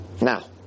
Now